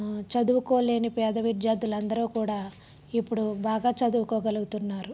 చదువుకోలేని పేద విద్యార్థులు అందరూ కూడా ఇప్పుడు బాగా చదువుకోగలుగుతున్నారు